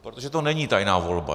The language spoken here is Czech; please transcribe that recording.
Protože to není tajná volba.